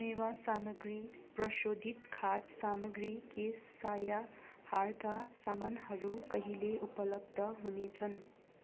मेवा सामग्री प्रशोधित खाद सामग्री केस साया हारका सामानहरू कहिले उपलब्ध हुनेछन्